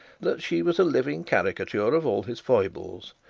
that she was a living caricature of all his foibles.